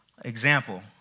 Example